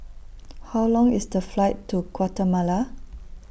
How Long IS The Flight to Guatemala